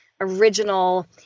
original